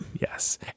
Yes